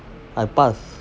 I pass